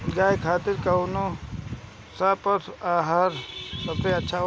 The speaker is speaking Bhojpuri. गाय खातिर कउन सा पशु आहार सबसे अच्छा बा?